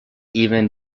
even